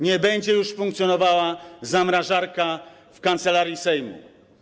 Nie będzie już funkcjonowała zamrażarka w Kancelarii Sejmu.